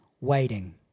waiting